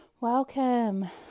Welcome